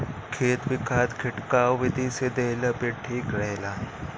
खेत में खाद खिटकाव विधि से देहला पे ठीक रहेला